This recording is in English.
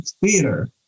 theater